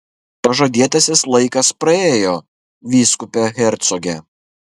pažadėtasis laikas praėjo vyskupe hercoge